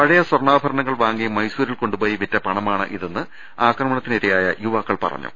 പഴയ സ്വർണാഭരണങ്ങൾ വാങ്ങി മൈസൂരിൽ കൊണ്ടുപോയി വിറ്റ പണമാണിതെന്ന് ആക്രമണത്തിനിരയായ യുവാക്കൾ പറഞ്ഞു